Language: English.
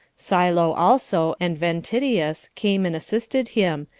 silo also, and ventidius, came and assisted him,